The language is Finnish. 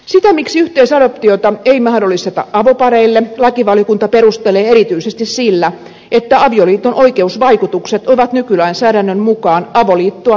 sitä miksi yhteisadoptiota ei mahdollisteta avopareille lakivaliokunta perustelee erityisesti sillä että avioliiton oikeusvaikutukset ovat nykylainsäädännön mukaan avoliittoa turvaavammat